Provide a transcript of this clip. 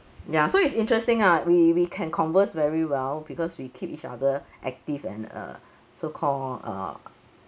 ya so it's interesting ah we we can converse very well because we keep each other active and uh so call uh